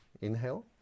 inhale